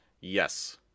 Yes